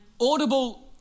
audible